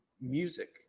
music